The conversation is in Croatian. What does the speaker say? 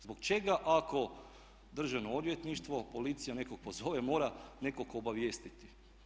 Zbog čega ako državno odvjetništvo, policija nekog pozove, mora nekog obavijestiti.